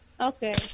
Okay